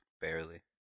Barely